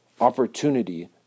opportunity